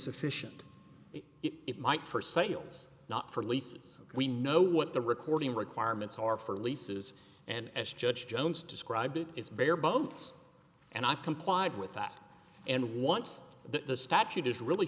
sufficient it might for sales not for leases we know what the recording requirements are for leases and as judge jones described it it's bare bones and i've complied with that and once the statute is really